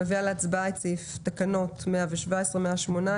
אני מביאה להצבעה על אישור תקנות מספר 117 ו-118.